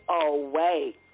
away